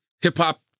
hip-hop